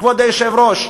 כבוד היושב-ראש,